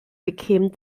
became